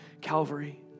Calvary